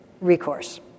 recourse